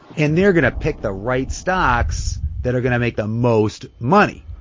and they're going to pick the right stocks that are going to make the most money.